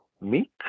meat